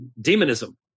demonism